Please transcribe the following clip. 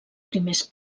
primers